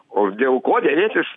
o dėl ko derėtis